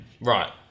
Right